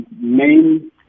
main